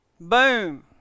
Boom